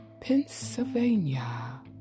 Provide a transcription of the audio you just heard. Pennsylvania